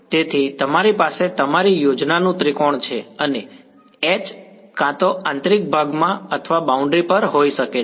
તેથી તમારી પાસે તમારી યોજનાનું ત્રિકોણ છે અને H કાં તો આંતરિક ભાગમાં અથવા બાઉન્ડ્રી પર હોઈ શકે છે